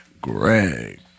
Greg